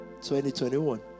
2021